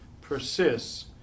persists